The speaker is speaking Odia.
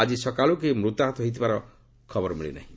ଆଜି ସକାଳୁ କେହି ମୃତାହତ ହୋଇଥିବାର ଖବର ମିଳିନାହିଁ